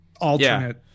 alternate